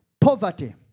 poverty